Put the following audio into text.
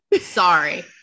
Sorry